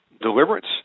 deliverance